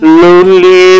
lonely